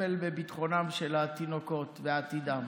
מטפל בביטחונם של התינוקות ועתידם,